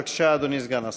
בבקשה, אדוני סגן השר.